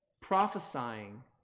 prophesying